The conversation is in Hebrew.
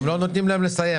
אתם לא נותנים להם לסיים.